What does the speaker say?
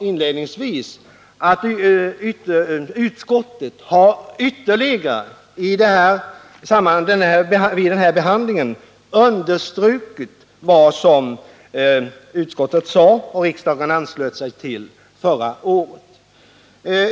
Inledningsvi ade jag att noterar jag med intre: utskottet understrukit sitt tidigare uttalande. som riksdagen anslöt sig till förra året.